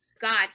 God